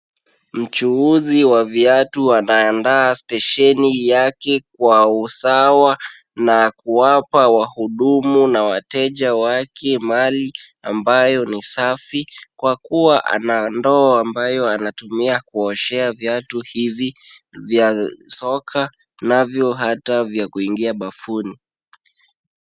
Mchuuzi wa viatu anaandaa stesheni yake kwa usawa na kuwapa wahudumu na wateja wake mali ambayo ni safi, kwa kuwa ana ndoo ambayo anatumia kuoshea viatu hivi vya soka navyo hata vya kuingia bafuni.